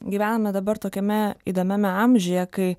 gyvename dabar tokiame įdomiame amžiuje kai